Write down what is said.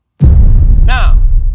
Now